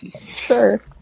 Sure